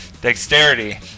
dexterity